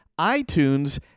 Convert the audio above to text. iTunes